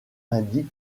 indique